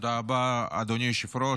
תודה רבה, אדוני היושב-ראש.